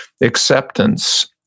acceptance